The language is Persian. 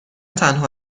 تنها